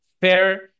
fair